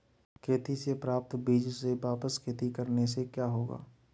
खेती से प्राप्त बीज से वापिस खेती करने से क्या होगा?